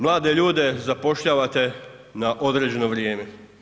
Mlade ljude zapošljavate na određeno vrijeme.